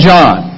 John